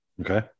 Okay